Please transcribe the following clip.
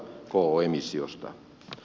emissiosta